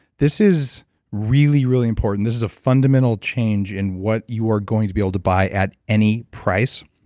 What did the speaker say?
this is really, really important. this is a fundamental change in what you are going to be able to buy at any price,